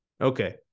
Okay